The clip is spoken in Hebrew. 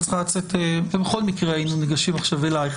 צריכה לצאת בכל מקרה היינו ניגשים אלייך.